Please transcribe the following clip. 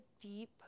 deep